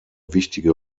wichtige